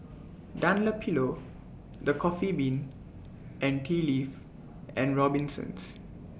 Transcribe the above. Dunlopillo The Coffee Bean and Tea Leaf and Robinsons